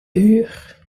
huur